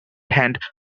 hand